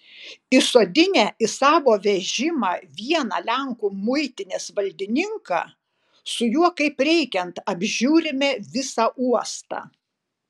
įsisodinę į savo vežimą vieną lenkų muitinės valdininką su juo kaip reikiant apžiūrime visą uostą